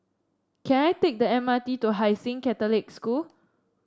can I take the M R T to Hai Sing Catholic School